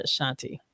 Shanti